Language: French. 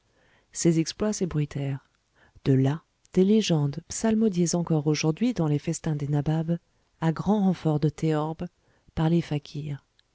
ses exploits s'ébruitèrent de là des légendes psalmodiées encore aujourd'hui dans les festins des nababs à grand renfort de théorbes par les fakirs